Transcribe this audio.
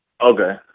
Okay